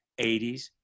80s